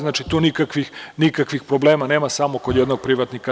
Znači, tu nikakvih problema nema, samo kod jednog privatnika.